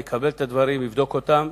הוא יקבל את הדברים ויבדוק אותם,